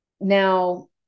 now